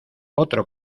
otro